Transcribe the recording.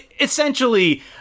essentially